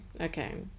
okay